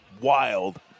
wild